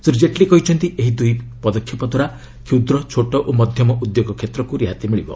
ଶ୍ରୀ ଜେଟଲୀ କହିଛନ୍ତି ଏହି ଦୁଇ ପଦକ୍ଷେପ ଦ୍ୱାରା କ୍ଷୁଦ୍ର ଛୋଟ ଓ ମଧ୍ୟମ ଉଦ୍ୟୋଗ କ୍ଷେତ୍ରକୁ ରିହାତି ମିଳିବ